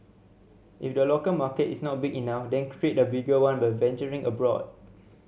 if the local market is not big enough then create a bigger one by venturing abroad